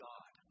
God